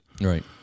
Right